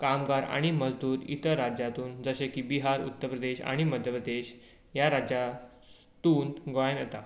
कामगार आनी मजदूर इतर राज्यांतून जशें की बिहार उत्तर प्रदेश आनी मध्य प्रदेश ह्या राज्यां तून गोंयांत येतां